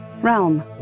Realm